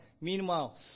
Meanwhile